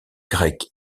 grecs